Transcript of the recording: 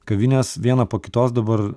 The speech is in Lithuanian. kavinės viena po kitos dabar